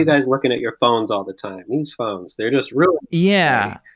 guys looking at your phones all the time? these phones, they're just real yeah.